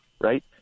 right